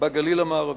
בגליל המערבי.